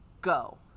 go